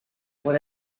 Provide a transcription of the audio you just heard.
por